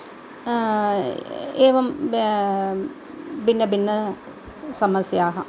एवं भिन्नभिन्नसमस्याः